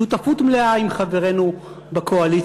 שותפות מלאה עם חברינו בקואליציה,